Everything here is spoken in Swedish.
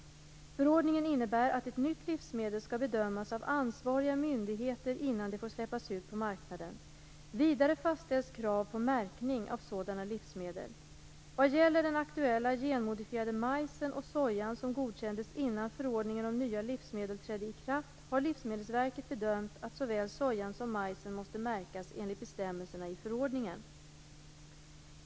Förordningen innebär att ett nytt livsmedel skall bedömas av ansvariga myndigheter innan det får släppas ut på marknaden. Vidare fastställs krav på märkning av sådana livsmedel. Vad gäller den aktuella genmodifierade majsen och sojan, som godkändes innan förordningen om nya livsmedel trädde i kraft, har Livsmedelsverket bedömt att såväl sojan som majsen måste märkas enligt bestämmelserna i förordningen.